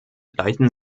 leiten